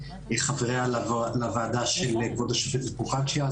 חבריה לוועדה של כבוד השופטת פרוקצ'יה.